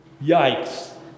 Yikes